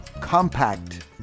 Compact